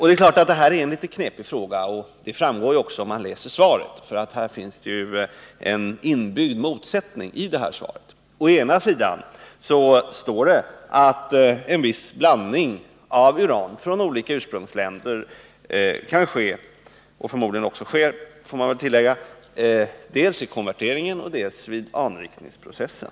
Det här är en litet knepig fraga. Det framgår också om man läser svaret. Det finns en inbyggd motsättning i svaret. Å ena sidan står det att en viss blandning av uran från olika ursprungsländer kan ske — och förmodligen också sker, vill jag tillägga — dels vid konvertering, dels i anrikningsprocessen.